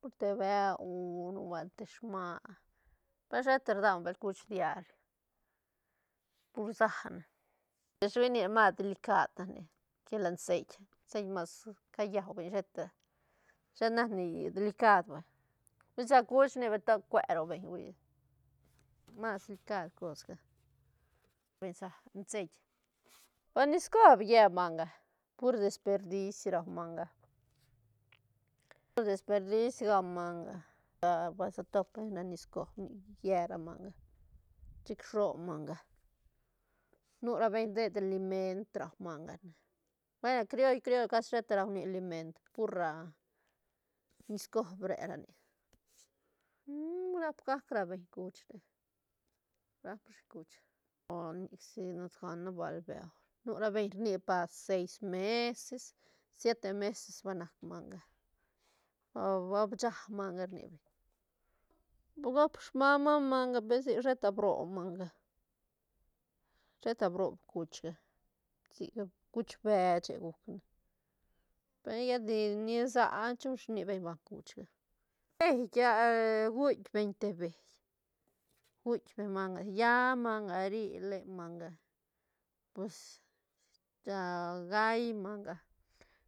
Pur te beu o nuebuelt te sman per sheta ra daune bel cuch diar pur sä ne mas delicad nac nic que lo ceit- ceit mas cayua beñ ne sheta shet nac ni delicad va sä cuch rni beñ to cue ro beñ hui mas delicad cosga hui sä ceit pue nis cob lle manga pur desperdis rau manga, pur desperdis gau manga ba se top beñ ra nis cob nic lle ra manga chic rob manga nu ra beñ rdei liment rua manga ne hue crioll- crioll casi sheta rua nic liment pur a nis cob re ra nic rap gac ra beñ cuch re rap shi cuch nic si nac gana bal beu nu ra beñ rni pas sies meses siete meses va nac manga ba- ba cha manga rni beñ gop smama manga per sic sheta brob manga sheta brob cuchga sic cuch beche guc ne pe lla di nisa á chu shinic beñ banga cuchga guitk beñ te beit guitk beñ manga lla manga ri len manga pues gaí manga